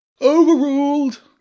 overruled